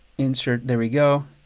insert, there we go.